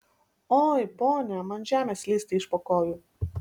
oi ponia man žemė slysta iš po kojų